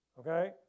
okay